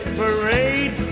parade